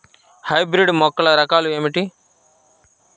Hybrid మొక్కల రకాలు ఏమిటి?